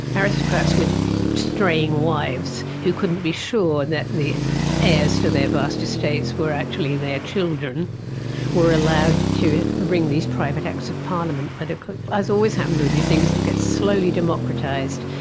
aristocrats with straying wives, who couldn't be sure that the heirs to their vast estates were actually their children were allowed to bring these private acts of parliament. but as always happens with these things it gets slowly democratised,